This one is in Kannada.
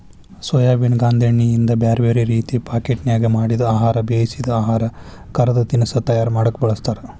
ಸೋಯಾಬೇನ್ ಗಾಂದೇಣ್ಣಿಯಿಂದ ಬ್ಯಾರ್ಬ್ಯಾರೇ ರೇತಿ ಪಾಕೇಟ್ನ್ಯಾಗ ಮಾಡಿದ ಆಹಾರ, ಬೇಯಿಸಿದ ಆಹಾರ, ಕರದ ತಿನಸಾ ತಯಾರ ಮಾಡಕ್ ಬಳಸ್ತಾರ